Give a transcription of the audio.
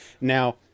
Now